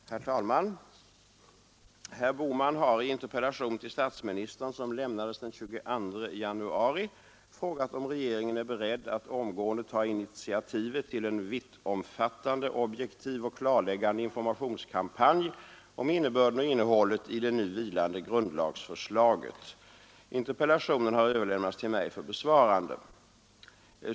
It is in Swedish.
Herr talman! Herr Bohman har i interpellation till statsministern som lämnades den 22 januari frågat om regeringen är beredd att omgående ta initiativet till en vittomfattande, objektiv och klarläggande informationskampanj om innebörden och innehållet i det nu vilande grundlagsförslaget. Interpellationen har överlämnats till mig för besvarande.